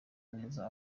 neza